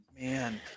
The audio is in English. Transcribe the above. man